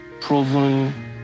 proven